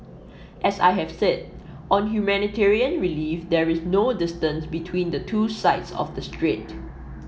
as I have said on humanitarian relief there is no distance between the two sides of the strait